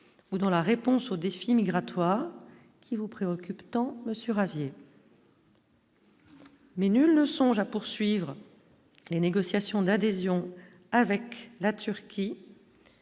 ou dans la réponse au défi migratoire qui vous préoccupe tant sur aviez. Mais nul ne songe à poursuivre les négociations d'adhésion avec la Turquie.